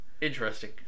Interesting